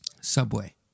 subway